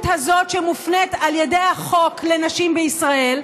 הזאת שמופנית על ידי החוק לנשים בישראל,